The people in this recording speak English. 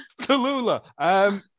Tallulah